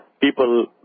people